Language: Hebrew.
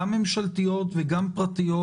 גם ממשלתיות וגם פרטיות,